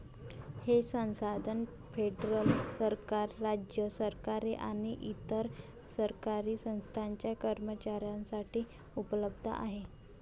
हे संसाधन फेडरल सरकार, राज्य सरकारे आणि इतर सरकारी संस्थांच्या कर्मचाऱ्यांसाठी उपलब्ध आहे